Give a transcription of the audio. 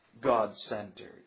God-centered